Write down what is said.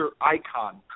icon